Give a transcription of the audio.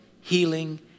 healing